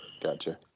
Gotcha